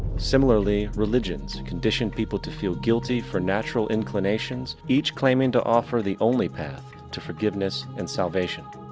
similarly, religions condition people to feel guilty for natural inclination, each claiming to offer the only path to forgiveness and salvation.